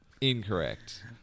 Incorrect